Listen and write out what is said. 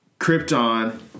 Krypton